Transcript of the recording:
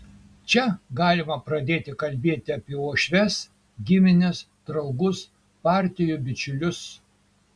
čia galima pradėti kalbėti apie uošves gimines draugus partijų bičiulius